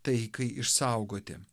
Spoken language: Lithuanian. taikai išsaugoti